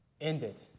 ended